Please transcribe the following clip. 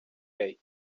craig